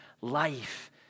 life